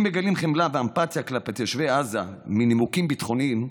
אם מגלים חמלה ואמפתיה כלפי תושבי עזה מנימוקים ביטחוניים,